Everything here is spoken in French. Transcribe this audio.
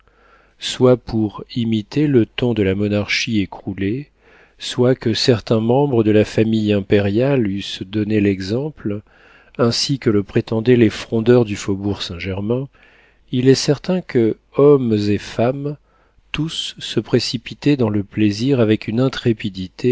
soit pour imiter le ton de la monarchie écroulée soit que certains membres de la famille impériale eussent donné l'exemple ainsi que le prétendaient les frondeurs du faubourg saint-germain il est certain que hommes et femmes tous se précipitaient dans le plaisir avec une intrépidité